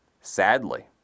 Sadly